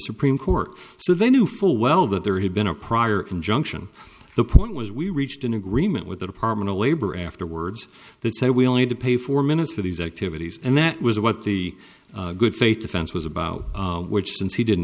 supreme court so they knew full well that there had been a prior injunction the point as we reached an agreement with the department of labor afterwards that said we don't need to pay for minutes for these activities and that was what the good faith defense was about which since he didn't